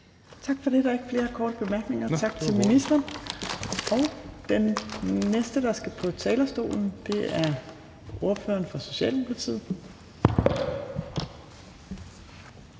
Tak for det. Der er ikke flere korte bemærkninger. Tak til ministeren. Så går vi i gang med ordførerne, og den første ordfører er fra Socialdemokratiet.